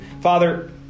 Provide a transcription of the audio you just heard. Father